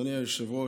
אדוני היושב-ראש,